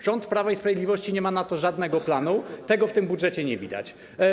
Rząd Prawa i Sprawiedliwości nie ma na to żadnego planu, tego w tym budżecie nie widać.